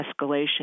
escalation